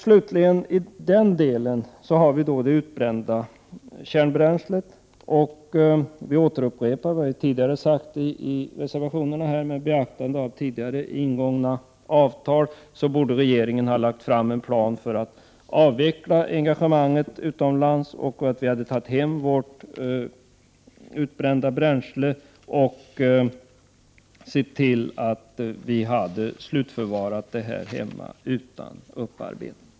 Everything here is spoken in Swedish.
Slutligen i denna del något om det utbrända kärnbränslet. Vi upprepar vad vi har sagt i tidigare reservationer: Med beaktande av tidigare ingångna avtal borde regeringen ha lagt fram en plan för en avveckling av engagemanget utomlands, för återtagande av vårt utbrända kärnbränsle samt för slutförvaring här hemma utan upparbetning.